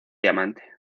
diamante